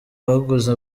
baguze